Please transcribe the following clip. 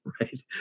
right